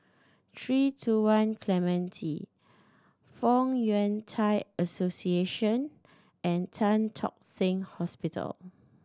Three Two One Clementi Fong Yun Thai Association and Tan Tock Seng Hospital